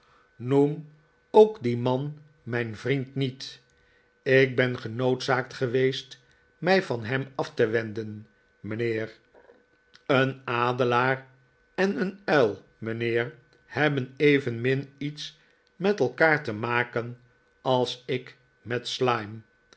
noem ook dien man mijn vriend niet ik ben genoodzaakt geweest mij van hem af te wenden mijnheer een adelaar en een uil mijnheer hebben evenmin iets met elkaar te maken als ik met slyme